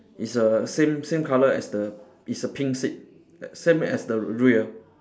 it's the same same color as the it's a pink seat same as the rear